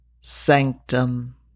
Sanctum